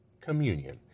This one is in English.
communion